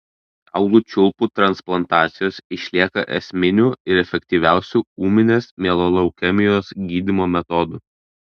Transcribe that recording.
kaulų čiulpų transplantacijos išlieka esminiu ir efektyviausiu ūminės mieloleukemijos gydymo metodu